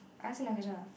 I ask another question ah